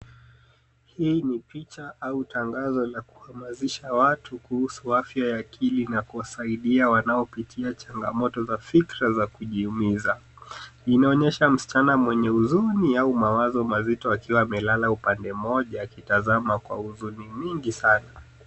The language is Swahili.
Hii ni picha au tangazo la kuhamasisha watu kuhusu afya ya akili na kusaidia wanaopitia changamoto za fikra za kujiumiza. Inaonyesha msichana mwenye huzuni au mawazo mazito akiwa amelala upande mmoja akitazama kwa huzuni mingi sana.